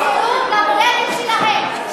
שהמגורשים יחזרו למולדת שלהם.